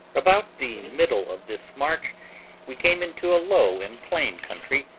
about the middle of this march we came into a low and plain country,